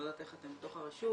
אני לא יודעת איך אתם בתוך הרשות,